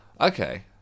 Okay